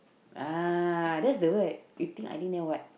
ah that's the word you think I think then what